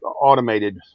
automated